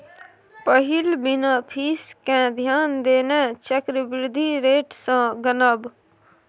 पहिल बिना फीस केँ ध्यान देने चक्रबृद्धि रेट सँ गनब